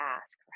ask